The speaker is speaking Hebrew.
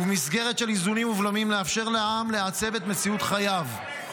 ובמסגרת של איזונים ובלמים לאפשר לעם לעצב את מציאות חייו.